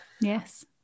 Yes